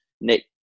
Nick